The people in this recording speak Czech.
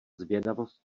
zvědavost